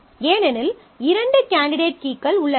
ஏனெனில் இரண்டு கேண்டிடேட் கீக்கள் உள்ளன